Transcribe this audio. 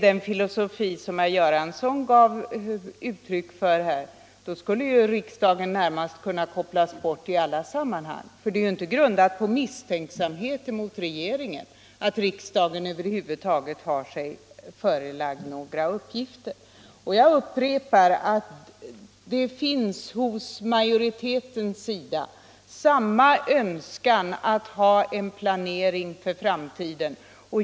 Den filosofi som herr Göransson gav uttryck för skulle närmast innebära att riksdagen kunde kopplas bort i alla sammanhang. Anledningen till att riksdagen har vissa uppgifter är inte en misstänksamhet mot regeringen. Jag upprepar att vi inom utskottsmajoriteten hyser samma önskan om en planering för framtiden.